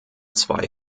zwei